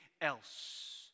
else